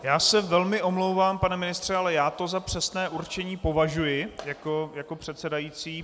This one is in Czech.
Já se velmi omlouvám, pane ministře, ale já to za přesné určení považuji jako předsedající.